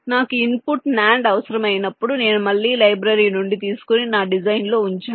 నాకు input NAND అవసరమైనపుడు నేను మళ్ళీ లైబ్రరీ నుండి తీసుకొని నా డిజైన్లో ఉంచాను